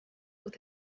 with